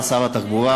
אתה שר התחבורה,